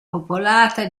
popolata